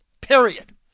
Period